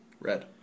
Red